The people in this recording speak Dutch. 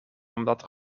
omdat